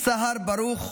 סהר ברוך,